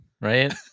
right